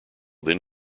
then